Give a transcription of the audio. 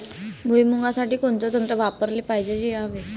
भुइमुगा साठी कोनचं तंत्र वापराले पायजे यावे?